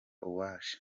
urwaje